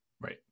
Right